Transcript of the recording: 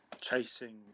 chasing